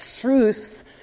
truth